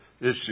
issue